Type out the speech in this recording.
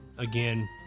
Again